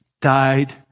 died